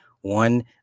one